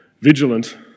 vigilant